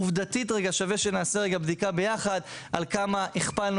עובדתית רגע שווה שנעשה רגע בדיקה ביחד על כמה הכפלנו